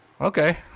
okay